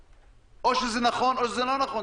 או שזה נכון או שזה לא נכון,